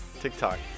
tiktok